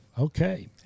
Okay